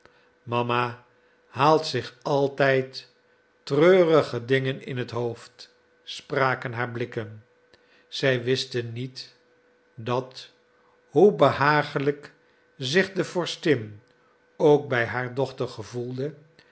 mama haalt zich altijd treurige dingen in t hoofd spraken haar blikken zij wisten niet dat hoe behagelijk zich de vorstin ook bij haar dochter gevoelde